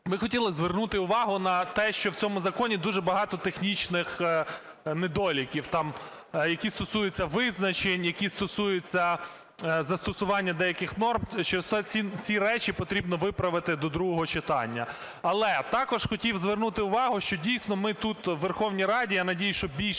ми хотіли б звернути увагу на те, що в цьому законі дуже багато технічних недоліків там, які стосуються визначень, які стосуються застосування деяких норм, через те ці речі потрібно виправити до другого читання. Але також хотів звернути увагу, що дійсно ми тут у Верховній Раді, я надіюсь, що більшість